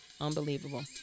Unbelievable